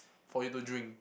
for you to drink